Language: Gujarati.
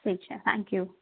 ઠીક છે થેન્ક યુ